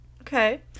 Okay